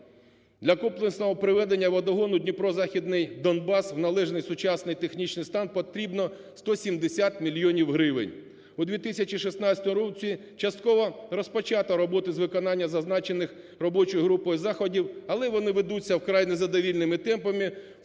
Для комплексного приведення водогону "Дніпро-Західний Донбас" в належний сучасний технічний стан, потрібно 170 мільйонів гривень. У 2016 році частково розпочато роботи з виконання, зазначених робочою групою, заходів, але вони ведуться вкрай незадовільними темпами,